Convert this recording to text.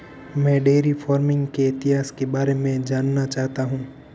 मैं dairy farming के इतिहास के बारे में जानना चाहता हूं